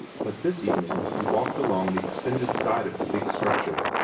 but this evening he walked along the extended side of the big structure,